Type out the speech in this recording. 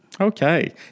Okay